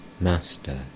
Master